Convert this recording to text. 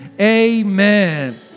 amen